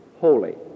holy